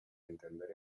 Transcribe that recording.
entender